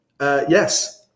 Yes